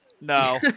No